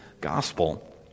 gospel